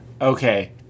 Okay